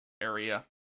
area